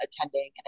attending